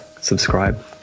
subscribe